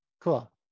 cool